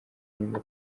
inkingo